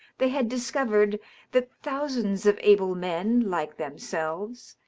they had discovered that thousands of able men like themselves,